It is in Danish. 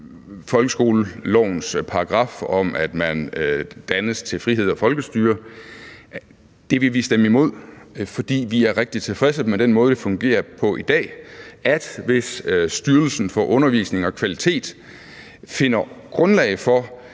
folkeskolelovens paragraf om, at man dannes til frihed og folkestyre, at det vil vi stemme imod, fordi vi er rigtig tilfredse med den måde, det fungerer på i dag. Hvis Styrelsen for Undervisning og Kvalitet finder grundlag for